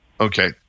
Okay